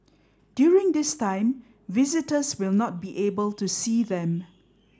during this time visitors will not be able to see them